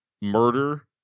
murder